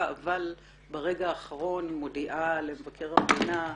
אבל ברגע האחרון מודיעה למבקר המדינה,